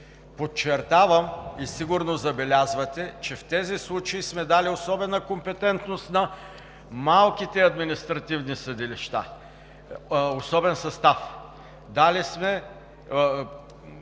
Подчертавам и сигурно забелязвате, че в тези случаи сме дали особена компетентност на малките административни съдилища, особен състав. Дали сме,